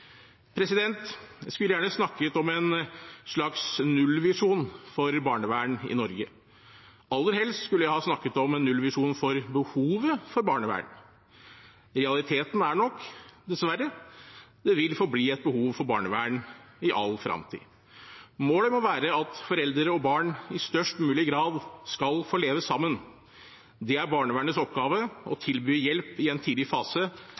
Jeg skulle gjerne snakket om en slags nullvisjon for barnevern i Norge. Aller helst skulle jeg ha snakket om en nullvisjon for behovet for barnevern. Realiteten er nok, dessverre, at det vil forbli et behov for barnevern i all fremtid. Målet må være at foreldre og barn i størst mulig grad skal få leve sammen. Det er barnevernets oppgave å tilby hjelp i en tidlig fase